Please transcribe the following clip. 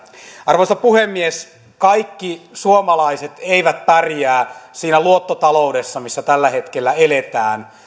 arvoisa puhemies kaikki suomalaiset eivät pärjää siinä luottotaloudessa missä tällä hetkellä eletään